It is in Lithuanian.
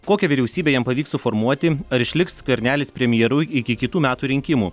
kokią vyriausybę jam pavyks suformuoti ar išliks skvernelis premjeru iki kitų metų rinkimų